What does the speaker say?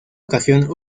ocasión